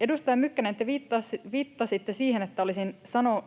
Edustaja Mykkänen, te viittasitte siihen, että olisin sanonut,